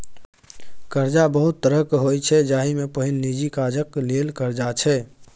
करजा बहुत तरहक होइ छै जाहि मे पहिल निजी काजक लेल करजा छै